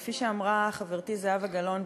כפי שאמרה חברתי זהבה גלאון,